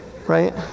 Right